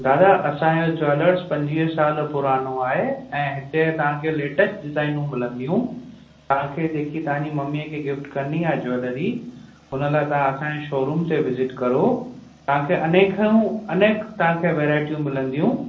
दादा असांजो ज्वेलर्स पंजवीह साल पुराणो आहे ऐं हिते तव्हांखे लेटस्ट डिज़ाईनूं मिलंदियूं तव्हांखे जेकी तव्हांजी मम्मीअ खे गिफ़्ट करिणी आहे ज्वेलरी उन ला़इ तव्हां असांजे शोरूम ते विज़िट करो तव्हांखे अनेकहूं अनेक तव्हांखे वैराएटियूं मिलंदियूं